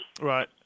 Right